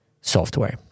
software